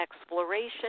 exploration